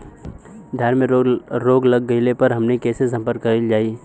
धान में रोग लग गईला पर हमनी के से संपर्क कईल जाई?